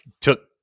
took